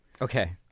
Okay